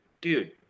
dude